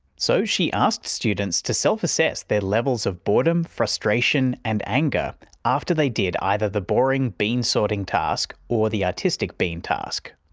so she asked students to self-assess their levels of boredom, frustration, and anger after they did either the boring bean sorting task or the artistic bean task.